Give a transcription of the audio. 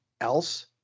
else